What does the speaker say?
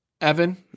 Evan